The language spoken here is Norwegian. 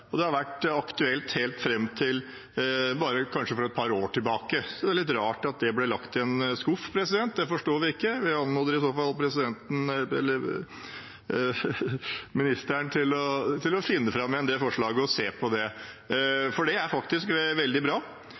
Det har vært aktuelt helt fram til kanskje bare for et par år siden. Så det er litt rart at det ble lagt i en skuff, det forstår vi ikke. Vi anmoder i så fall ministeren om å finne fram igjen det forslaget og se på det, for det er faktisk veldig bra.